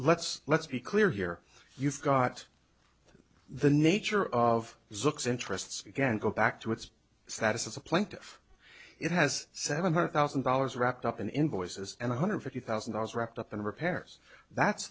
let's let's be clear here you've got the nature of zooks interests again go back to its status as a plaintiff it has seven hundred thousand dollars wrapped up in invoices and one hundred fifty thousand dollars wrapped up in repairs that's